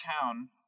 town